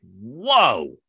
whoa